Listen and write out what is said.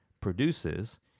produces